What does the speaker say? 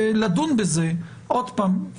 לדון בזה עוד פעם.